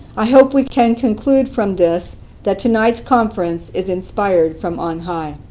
i hope we can conclude from this that tonight's conference is inspired from on high.